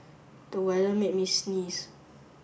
the weather made me sneeze